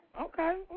Okay